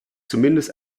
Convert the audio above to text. zumindest